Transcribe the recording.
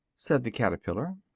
said the caterpillar.